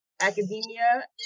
academia